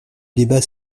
débat